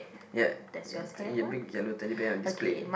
ya and a big yellow Teddy Bear on display